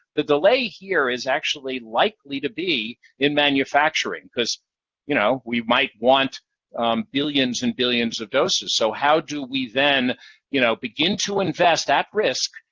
the delay here is actually likely to be in manufacturing, because you know we might want billions and billions of doses, so how do we then you know begin to invest, at risk,